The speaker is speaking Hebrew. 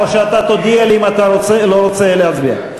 או שאתה תודיע לי אם אתה לא רוצה להצביע?